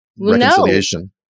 reconciliation